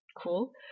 cool